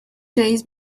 days